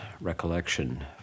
recollection